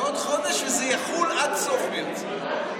וזה יחול עד סוף מרץ.